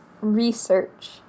research